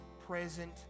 Present